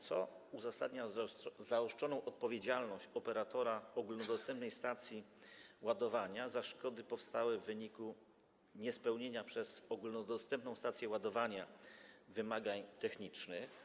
Co uzasadnia zaostrzoną odpowiedzialność operatora ogólnodostępnej stacji ładowania za szkody powstałe w wyniku niespełnienia przez ogólnodostępną stację ładowania wymagań technicznych?